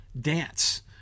dance